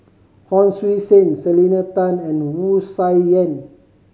Hon Sui Sen Selena Tan and Wu Tsai Yen